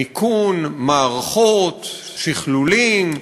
מיכון, מערכות, שכלולים,